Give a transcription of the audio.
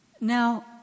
Now